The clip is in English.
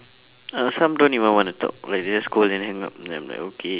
uh some don't even want to talk like they just scold then hang up then I'm like okay